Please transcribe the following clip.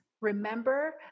Remember